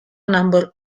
number